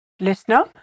Listener